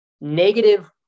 negative